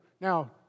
Now